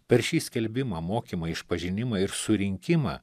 per šį skelbimą mokymą išpažinimą ir surinkimą